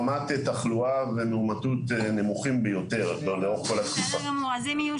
רמת תחלואה ומאומתוּת נמוכים ביותר לאורך כל התקופה.